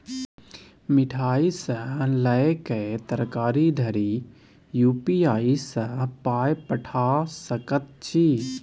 मिठाई सँ लए कए तरकारी धरि यू.पी.आई सँ पाय पठा सकैत छी